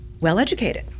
well-educated